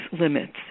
limits